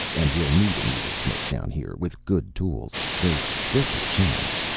and we'll need a needlesmith down here. with good tools, there's just a chance